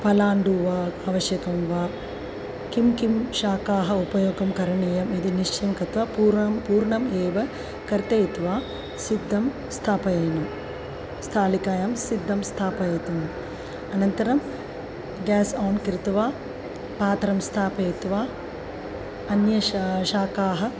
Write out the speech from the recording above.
पलाण्डुः वा आवश्यकं वा किं किं शाकानि उपयोगं करणीयम् इति निश्चयं कृत्वा पूर्वं पूर्णम् एव कर्तयित्वा सिद्धं स्थापनीयं स्थालिकायां सिद्धं स्थापयितुम् अनन्तरं ग्यास् आन् कृत्वा पात्रं स्थापयित्वा अन्य शा शाकानाम्